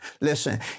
Listen